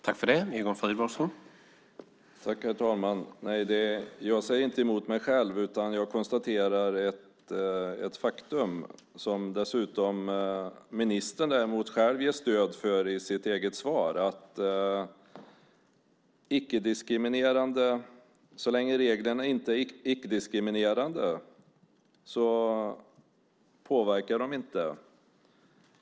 Herr talman! Nej, jag säger inte emot mig själv. Jag konstaterar faktum, som ministern dessutom själv ger stöd för i sitt eget svar. Så länge reglerna är icke-diskriminerande påverkar de inte.